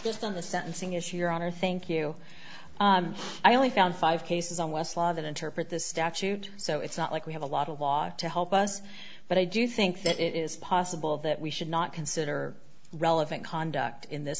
just on the sentencing issue your honor thank you i only found five cases on west law that interpret the statute so it's not like we have a lot of law to help us but i do think that it is possible that we should not consider relevant conduct in this